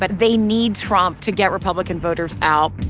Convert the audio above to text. but they need trump to get republican voters out.